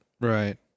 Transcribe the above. Right